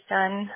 done